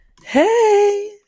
hey